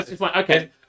Okay